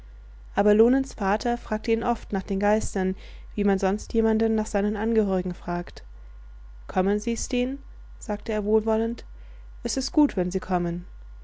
abelonens vater fragte ihn oft nach den geistern wie man sonst jemanden nach seinen angehörigen fragt kommen sie sten sagte er wohlwollend es ist gut wenn sie kommen